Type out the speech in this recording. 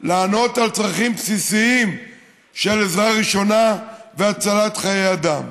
לענות על צרכים בסיסיים של עזרה ראשונה והצלת חיי אדם,